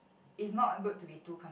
is not good to be too comfortable